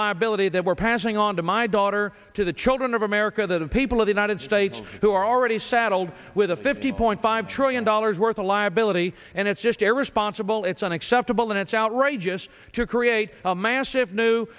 liability that we're passing on to my daughter to the children of america that of people of the united states who are already saddled with a fifty point five trillion dollars worth of liability and it's just a responsible it's unacceptable and it's outrageous to create a massive new